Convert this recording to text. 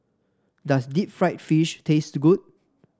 does Deep Fried Fish taste good